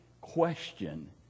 question